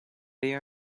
they